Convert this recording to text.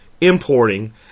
importing